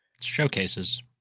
showcases